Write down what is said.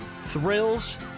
Thrills